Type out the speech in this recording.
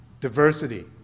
diversity